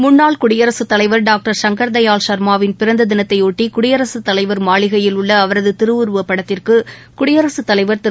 முன்னாள் குயடிரகத்தலைவர் டாங்டர் சங்கர்தயாள் சர்மாவின் பிறந்த தினத்தை ஒட்டி குடியரசுத்தலைவர் மாளிகையில் உள்ள அவரது திருவுருவப் படத்திற்கு குடியரகத்தலைவர் திரு